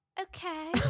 Okay